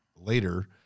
later